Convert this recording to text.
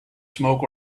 smoke